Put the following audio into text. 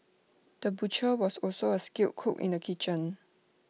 the butcher was also A skilled cook in the kitchen